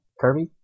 Kirby